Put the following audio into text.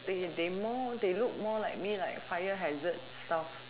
they they more they look more like me like fire hazard stuff